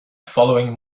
following